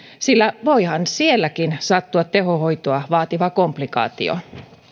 voihan sielläkin sattua tehohoitoa vaativa komplikaatio